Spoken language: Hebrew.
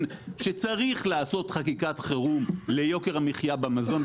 שצריך לעשות חקיקת חירום ליוקר המחיה במזון,